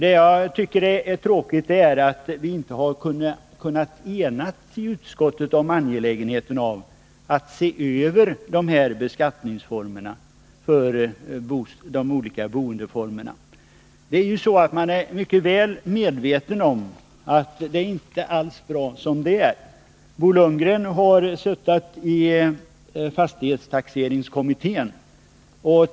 Det är tråkigt att vi i utskottet inte har kunnat enas om angelägenheten av att vi ser över beskattningsreglerna för de olika boendeformerna. Alla är ju mycket väl medvetna om att nuvarande förhållanden inte alls är bra. Bo Lundgren har suttit i fastighetstaxeringskommittén.